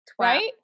Right